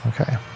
Okay